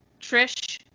trish